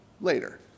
later